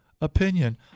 opinion